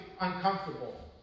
uncomfortable